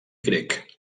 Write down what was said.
grec